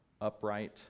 upright